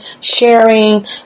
sharing